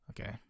Okay